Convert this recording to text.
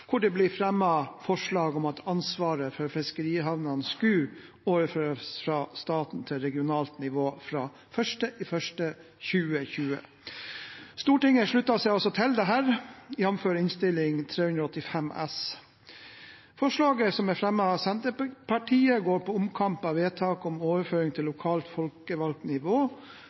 hvor det ble fremmet forslag om at ansvaret for fiskerihavnene skulle overføres fra staten til regionalt nivå fra 1. januar 2020. Stortinget sluttet seg til dette, jf. Innst. 385 S for 2016–2017. Forslaget som er fremmet av Senterpartiet, går på omkamp av vedtak om overføring til lokalt folkevalgt nivå,